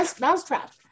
mousetrap